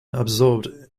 absorbed